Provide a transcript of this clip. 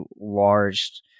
large